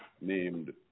named